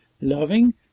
loving